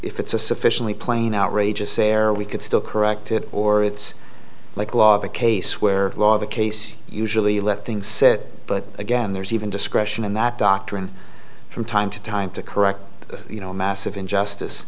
if it's a sufficiently plain outrageous error we could still correct it or it's like loss of a case where law the case usually let things set but again there's even discretion in that doctrine from time to time to correct you know massive injustice